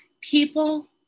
People